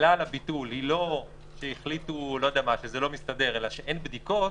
העילה לביטול היא לא שהחליטו שזה לא מסתדר אלא שאין בדיקות,